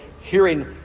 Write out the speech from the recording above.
hearing